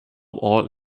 all